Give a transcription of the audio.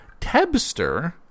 Tebster